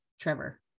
Trevor